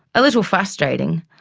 a little frustrating,